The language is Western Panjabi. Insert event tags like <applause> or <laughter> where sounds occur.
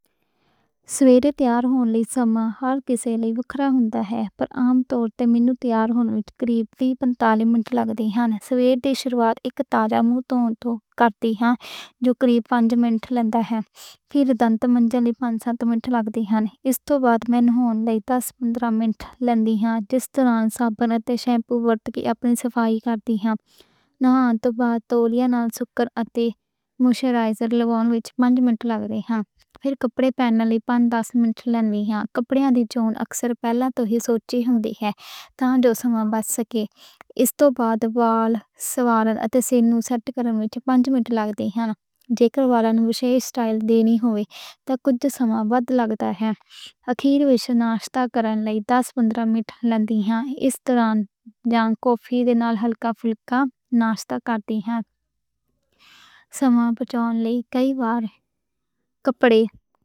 سویلے تیار ہونا ہر کسے لئی وکھرا ہوندا ہے۔ پر عام طور تے مینوں تیار ہون لئی دس پندرہ منٹ لگدے ہن۔ شروعات شاور نال کردے ہاں۔ تقریباً پنج منٹ دنت منجن لئی لگدے ہن۔ اِس توں بعد مینوں نہاؤن لئی دس پندرہ منٹ لگدے ہن۔ جس طرح سب بندے شیمپو ورت کے اپنی صفائی کردے ہن۔ نہا توں بعد تولیہ نال سوکھ کے اتے موئسچرائزر لاؤن وِچ پنج منٹ لگدے ہن۔ پھر کپڑے پہنن نوں پنج دس منٹ لگدے ہن۔ کپڑے دی چون اکثر پہلے دیاں سوچاں ہوندیاں ہن۔ <hesitation> اِس توں بعد وال سوارن اتے شیشہ سیٹ کرن وِچ پنج منٹ لگدے ہن۔ جے کہ بالاں نوں وِشیش سٹائل دینی ہووے تاں وَدھ سمیں لگدا ہے۔ آخر نوں ناشتہ کرن لئی دس پندرہ منٹ لگدے ہن۔ اِس طرح نال فیل کو ہلکا پھلکا ناشتہ کردے ہن۔ <hesitation> سمیں بچاؤن لئی کئی وار کپڑے۔ <unintelligible>